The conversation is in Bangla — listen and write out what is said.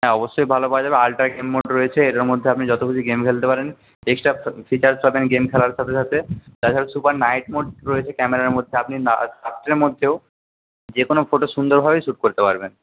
হ্যাঁ অবশ্যই ভালো পাওয়া যাবে আল্ট্রা এম মোটো রয়েছে এটার মধ্যে আপনি যত খুশি গেম খেলতে পারেন এক্সট্রা ফিচারস পাবেন গেম খেলার সাথে সাথে তার সাথে সুপার নাইট মোড রয়েছে ক্যামেরার মধ্যে আপনি না রাত্রের মধ্যেও যে কোনো ফোটো সুন্দরভাবেই শ্যুট করতে পারবেন